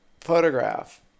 photograph